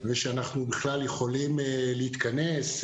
ושאנחנו בכלל יכולים להתכנס,